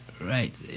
Right